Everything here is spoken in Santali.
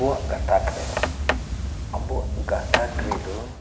ᱟᱵᱚᱣᱟᱜ ᱜᱟᱛᱟᱠ ᱨᱮ ᱟᱵᱚᱣᱟᱜ ᱜᱟᱛᱟᱠ ᱨᱮᱫᱚ